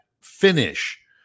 finish